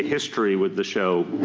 history with the show